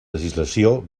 legislació